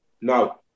No